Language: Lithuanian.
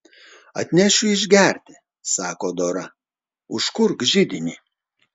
atnešiu išgerti sako dora užkurk židinį